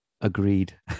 agreed